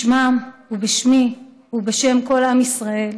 בשמם ובשמי ובשם כל עם ישראל,